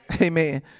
Amen